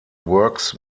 works